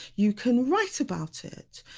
you can write about it,